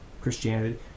Christianity